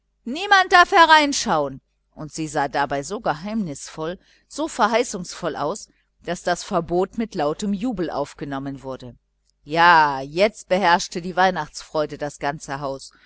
niemand darf hereinschauen und sie sah dabei so geheimnisvoll so verheißungsvoll aus daß das verbot mit lautem jubel aufgenommen wurde ja jetzt beherrschte die weihnachtsfreude das ganze haus